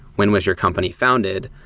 when was your company founded?